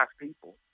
people